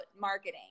marketing